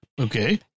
Okay